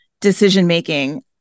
decision-making